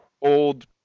old